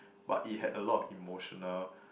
but it had a lot of emotional